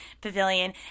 pavilion